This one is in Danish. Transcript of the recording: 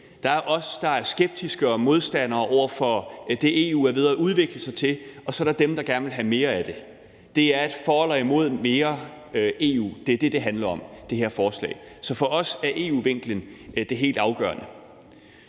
Der er os, der er skeptiske og modstandere af det, som EU er ved at udvikle sig til, og så er der dem, der gerne vil have mere af det. Det er et for eller imod mere EU; det er det, det her forslag handler om. Så for os er EU-vinklen det helt afgørende.